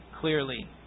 clearly